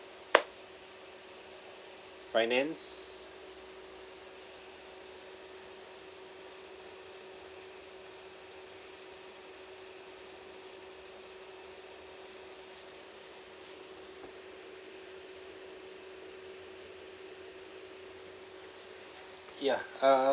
finance ya uh